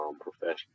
profession